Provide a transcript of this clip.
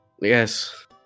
Yes